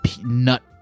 nut